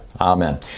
Amen